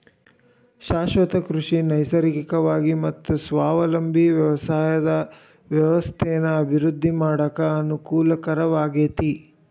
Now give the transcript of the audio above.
ಶಾಶ್ವತ ಕೃಷಿ ನೈಸರ್ಗಿಕವಾಗಿ ಮತ್ತ ಸ್ವಾವಲಂಬಿ ವ್ಯವಸಾಯದ ವ್ಯವಸ್ಥೆನ ಅಭಿವೃದ್ಧಿ ಮಾಡಾಕ ಅನಕೂಲಕರವಾಗೇತಿ